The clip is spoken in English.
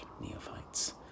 neophytes